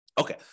Okay